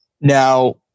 Now